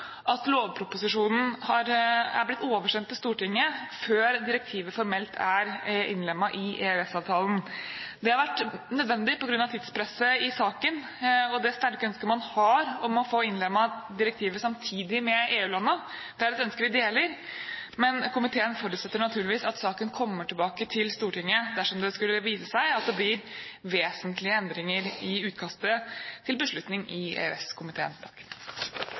at lovproposisjonen er blitt oversendt til Stortinget før direktivet formelt er innlemmet i EØS-avtalen. Det har vært nødvendig på grunn av tidspresset i saken og det sterke ønsket man har om å få innlemmet direktivet samtidig med EU-landene. Det er et ønske vi deler. Men komiteen forutsetter naturligvis at saken kommer tilbake til Stortinget dersom det skulle vise seg at det blir vesentlige endringer i utkastet til beslutning i